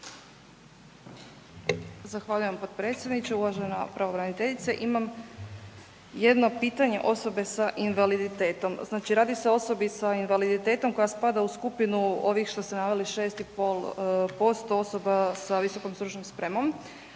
Zahvaljujem potpredsjedniče. Uvažena pravobraniteljice, imam jedno pitanje osobe sa invaliditetom. Znači radi se o osobi sa invaliditetom koja spada u skupinu ovih što ste naveli 6,5% osoba sa visokom stručnom spremom